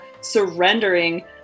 surrendering